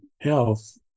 health